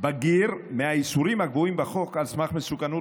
בגיר מהאיסורים הקבועים בחוק על סמך מסוכנות